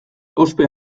ospe